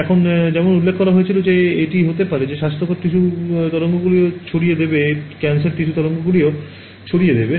এখন যেমন উল্লেখ করা হয়েছিল যে এটি হতে পারে যে স্বাস্থ্যকর টিস্যু তরঙ্গগুলিও ছড়িয়ে দেবে ক্যান্সার টিস্যু তরঙ্গগুলিও ছড়িয়ে দেবে